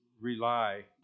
rely